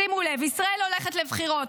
שימו לב: ישראל הולכת לבחירות.